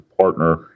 partner